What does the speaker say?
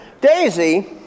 Daisy